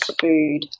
food